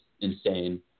insane